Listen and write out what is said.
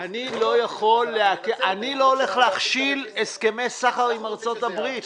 אני לא הולך להכשיל הסכמי סחר עם ארצות הברית.